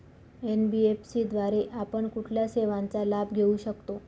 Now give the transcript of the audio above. NBFC द्वारे आपण कुठल्या सेवांचा लाभ घेऊ शकतो?